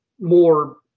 more